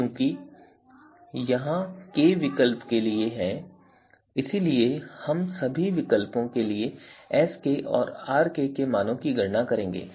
चूँकि यहाँ k विकल्प के लिए है इसलिए हम सभी विकल्पों के लिए Skऔर Rk मानों की गणना करेंगे